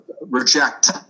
reject